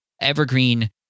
evergreen